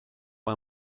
why